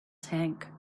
tank